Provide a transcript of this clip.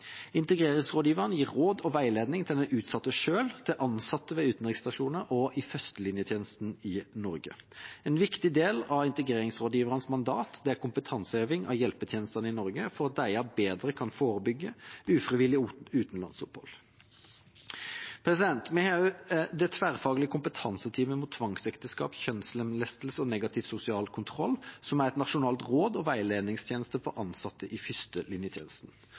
gir råd og veiledning til den utsatte selv, til ansatte ved utenriksstasjoner og i førstelinjetjenesten i Norge. En viktig del av integreringsrådgiverens mandat er kompetanseheving av hjelpetjenestene i Norge for at disse bedre kan forebygge ufrivillig utenlandsopphold. Vi har også det tverrfaglige kompetanseteamet mot tvangsekteskap, kjønnslemlestelse og negativ sosial kontroll, som er et nasjonalt råd og en veiledningstjeneste for ansatte i